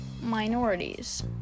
minorities